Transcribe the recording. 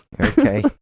okay